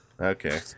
Okay